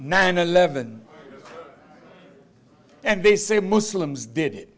nine eleven and they say muslims did